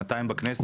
שנתיים בכנסת.